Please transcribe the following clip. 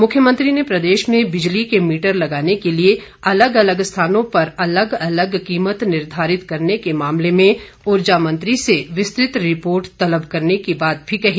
मुख्यमंत्री ने प्रदेश में बिजली के मीटर लगाने के लिए अलग अलग स्थानों पर अलग अलग कीमत निर्धारित करने के मामले में ऊर्जा मंत्री से विस्तृत रिपोर्ट तलब करने की बात भी कही